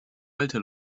alte